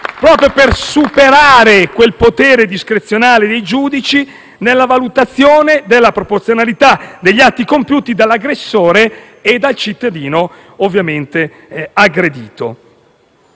proprio per superare quel potere discrezionale dei giudici nella valutazione della proporzionalità degli atti compiuti dall'aggressore e dal cittadino aggredito.